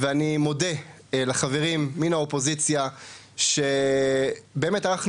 ואני מודה לחברים מן האופוזיציה שבאמת ערכנו